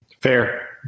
fair